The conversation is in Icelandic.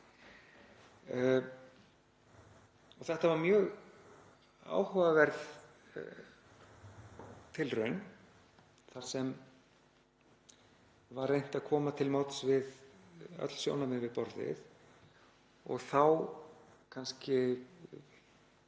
Þetta var mjög áhugaverð tilraun þar sem var reynt að koma til móts við öll sjónarmið við borðið og kemur kannski